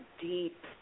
deep